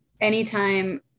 anytime